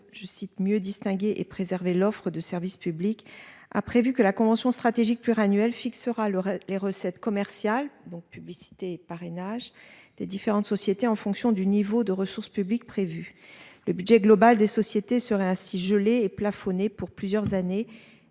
je cite mieux distinguer et préserver l'offre de service public a prévu que la convention stratégique pluriannuel fixera le les recettes commerciales donc publicité parrainage des différentes sociétés en fonction du niveau de ressources publiques prévues. Le budget global des sociétés serait ainsi gelée et plafonné pour plusieurs années.